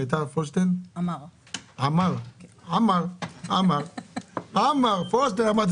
לנושא של החקירה אני באמת לא יכולה להתייחס.